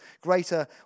greater